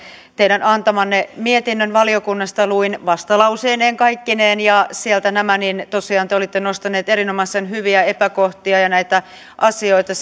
teidän antamanne mietinnön valiokunnasta luin vastalauseineen kaikkineen ja sieltä nämä asiat niin tosiaan te olitte nostaneet erinomaisen hyviä epäkohtia ja näitä asioita